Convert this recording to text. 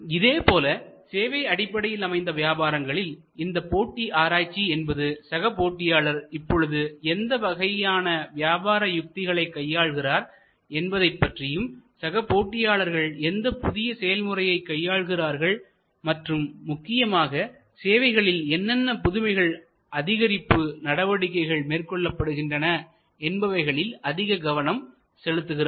இதேபோல சேவை அடிப்படையில் அமைந்த வியாபாரங்களில் இந்த போட்டி ஆராய்ச்சி என்பது சக போட்டியாளர் இப்போது எந்த வகையான வியாபார உத்திகளை கையாள்கிறார் என்பதைப் பற்றியும் சக போட்டியாளர்கள் எந்த புதிய செயல்முறையை கையாளுகிறார்கள் மற்றும் முக்கியமாக சேவைகளில் என்னென்ன புதுமைகள் அதிகரிப்பு நடவடிக்கைகள் மேற்கொள்ளப்படுகின்றன என்பவைகளில் அதிக கவனம் செலுத்துகிறார்கள்